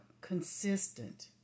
consistent